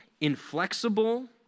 inflexible